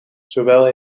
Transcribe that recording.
zowel